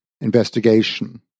investigation